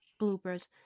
bloopers